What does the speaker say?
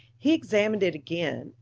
he examined it again,